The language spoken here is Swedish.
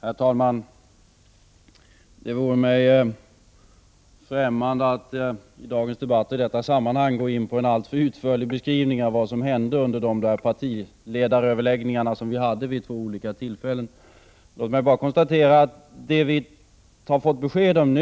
Herr talman! Det vore mig främmande att i dagens debatt och i detta sammanhang gå in på en alltför utförlig beskrivning av vad som hände under de partiledaröverläggningar som vi hade vid två olika tillfällen. Låt mig bara konstatera att det vi nu har fått besked om